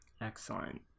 Excellent